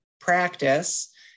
practice